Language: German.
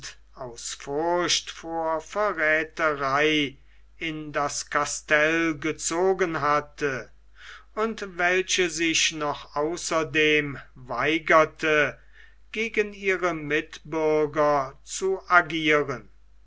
aus furcht vor verrätherei in das castell gezogen hatte und welche sich noch außerdem weigerte gegen ihre mitbürger zu agieren